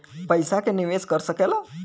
पइसा के निवेस कर सकेला